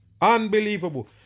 Unbelievable